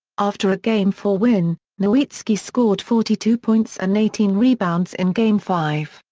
after a game four win, nowitzki scored forty two points and eighteen rebounds in game five,